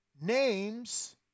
names